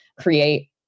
create